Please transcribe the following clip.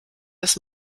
des